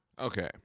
Okay